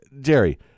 Jerry